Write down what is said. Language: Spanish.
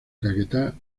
caquetá